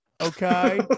okay